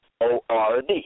O-R-D